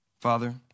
father